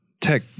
Tech